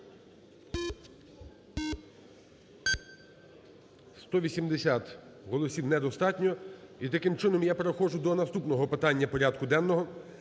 За-180 Голосів недостатньо. І таким чином я переходжу до наступного питання порядку денного